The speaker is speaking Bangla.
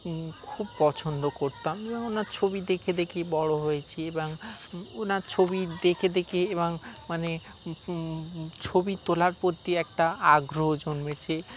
খুব পছন্দ করতাম এবং ওনার ছবি দেখে দেখেই বড়ো হয়েছি বা ওনার ছবি দেখে দেখে এবং মানে ছবি তোলার প্রতি একটা আগ্রহ জন্মেছে